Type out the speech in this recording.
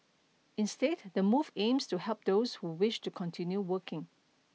instead the move aims to help those who wish to continue working